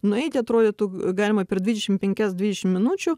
nueiti atrodytų galima per dvidešim penkias dvidešim minučių